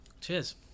cheers